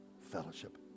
fellowship